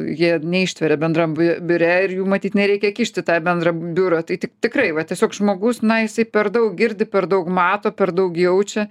jie neištveria bendram biure ir jų matyt nereikia kišt į tą bendrą biurą tai tik tikrai va tiesiog žmogus na jisai per daug girdi per daug mato per daug jaučia